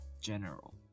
general